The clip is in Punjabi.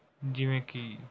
ਜਿਵੇਂ ਕਿ